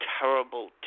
Terrible